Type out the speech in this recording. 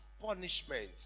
punishment